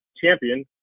champion